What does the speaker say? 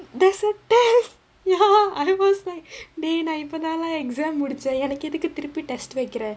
there's a test ya otherwise like they dey நா இப்பதா:naa ippathaa lah exam முடிச்ச எனக்கு எதுக்கு திருப்பி:mudicha enakku ethukku thiruppi test வெக்கிற:vekkira